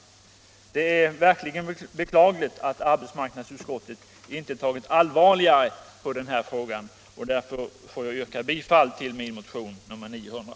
Det är verkligen beklagligt att arbetsmarknadsutskottet inte har tagit allvarligare på den här frågan. Därför yrkar jag bifall till min motion 900.